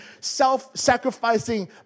self-sacrificing